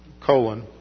colon